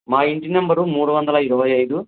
మా ఇంటి నెంబరు మూడు వందల ఇరవై ఐదు